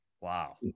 Wow